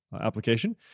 application